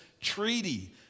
treaty